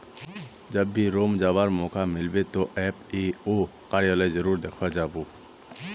जब भी रोम जावा मौका मिलबे तो एफ ए ओ कार्यालय जरूर देखवा जा बो